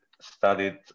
studied